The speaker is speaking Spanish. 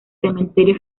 cementerio